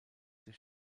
des